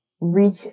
reach